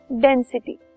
density